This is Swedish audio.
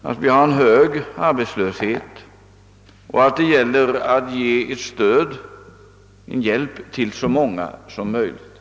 därför att vi har en hög arbetslöshet och att det gäller att ge hjälp till så många som möjligt.